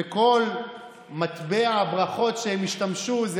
וכל מטבע הברכות שהם השתמשו בו,